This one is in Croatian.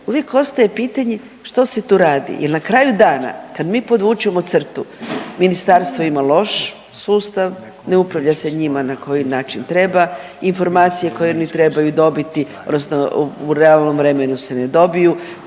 uvijek ostaje pitanje što se tu radi jer na kraju dana kad mi podvučemo crtu ministarstvo ima loš sustav, ne upravlja se njima na koji način treba, informacije koje oni trebaju dobiti odnosno u realnom vremenu se dobiju.